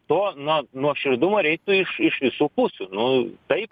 to na nuoširdumo reiktų iš iš visų pusių nu taip